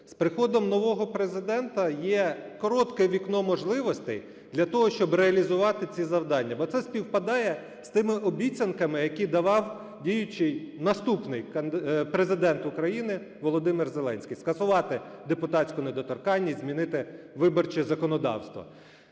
З приходом нового Президента є коротке вікно можливостей для того, щоби реалізувати ці завдання. Бо це співпадає з тими обіцянками, який давав діючий… наступний Президент України Володимир Зеленський: скасувати депутатську недоторканність, змінити виборче законодавство.